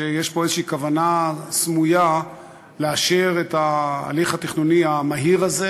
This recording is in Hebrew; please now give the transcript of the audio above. שיש פה איזו כוונה סמויה לאשר את ההליך התכנוני המהיר הזה,